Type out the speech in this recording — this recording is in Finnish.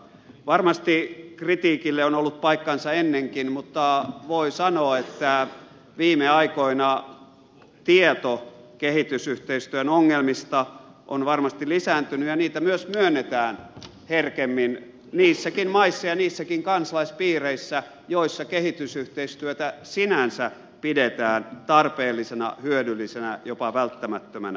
varmasti kritiikille on ollut paikkansa ennenkin mutta voi sanoa että viime aikoina tieto kehitysyhteistyön ongelmista on varmasti lisääntynyt ja ne myös myönnetään herkemmin niissäkin maissa ja niissäkin kansalaispiireissä joissa kehitysyhteistyötä sinänsä pidetään tarpeellisena hyödyllisenä jopa välttämättömänä